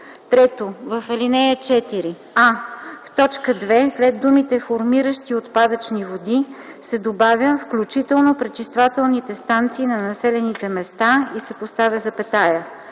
3. В ал. 4: а) в т. 2 след думите „формиращи отпадъчни води” се добавя „включително пречиствателните станции на населените места” и се поставя запетая;